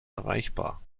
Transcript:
erreichbar